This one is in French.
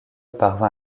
parvint